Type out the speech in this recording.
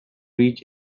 reach